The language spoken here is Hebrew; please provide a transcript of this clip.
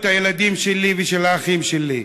"את הילדים שלי ושל האחים שלי.